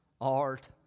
art